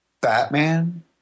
Batman